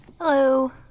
Hello